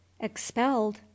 expelled